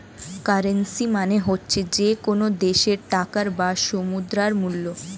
currency মানে হচ্ছে যে কোনো দেশের টাকার বা মুদ্রার মূল্য